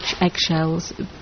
eggshells